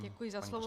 Děkuji za slovo.